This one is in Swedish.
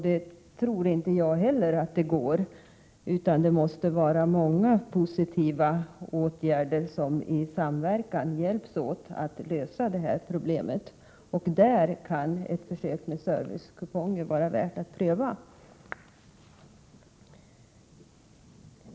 Det tror inte jag heller, utan jag tror att det måste vara många positiva åtgärder som i samverkan hjälps åt att lösa de här problemen, och jag tror att försök med servicekuponger då kan vara värt att pröva.